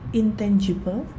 intangible